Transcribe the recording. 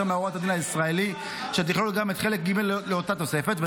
מהוראות הדין הישראלי שתכלול גם את חלק ג' לאותה תוספת,